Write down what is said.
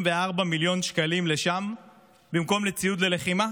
מיליון שקלים לשם במקום לציוד ללחימה?